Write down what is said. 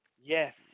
Yes